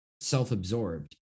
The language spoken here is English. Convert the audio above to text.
self-absorbed